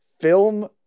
film